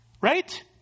Right